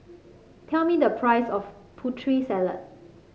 tell me the price of Putri Salad